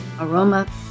aroma